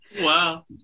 Wow